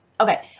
Okay